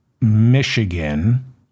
Michigan